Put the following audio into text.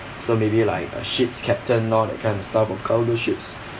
so maybe like a ship's captain lor that kind of stuff of ships